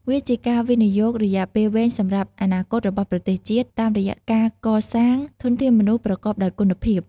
វាជាការវិនិយោគរយៈពេលវែងសម្រាប់ អនាគតរបស់ប្រទេសជាតិ តាមរយៈការកសាងធនធានមនុស្សប្រកបដោយគុណភាព។